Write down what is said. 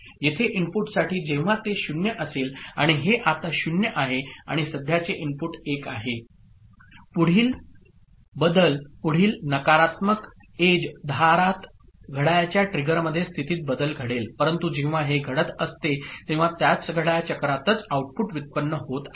येथे इनपुटसाठी जेव्हा ते 0 असेल आणि हे आता 0 आहे आणि सध्याचे इनपुट 1 आहे पुढील बदल पुढील नकारात्मक एज धारात घड्याळाच्या ट्रिगरमध्ये स्थितीत बदल घडेल परंतु जेव्हा हे घडत असते तेव्हा त्याच घड्याळ चक्रातच आउटपुट व्युत्पन्न होत आहे